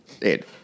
Dude